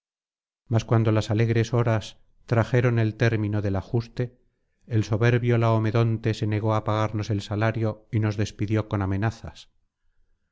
mas cuando las alegres horas trajeron el término del ajuste el soberbio laomedonte se negó á pagarnos el salario y nos despidió con amenazas